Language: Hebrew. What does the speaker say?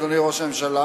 אדוני ראש הממשלה